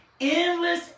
Endless